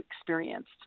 experienced